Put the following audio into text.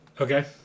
okay